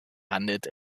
handelt